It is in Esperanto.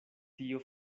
tio